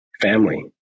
family